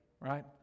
right